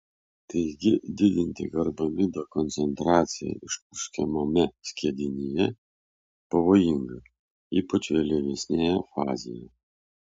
taigi didinti karbamido koncentraciją išpurškiamame skiedinyje pavojinga ypač vėlyvesnėje fazėje